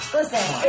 Listen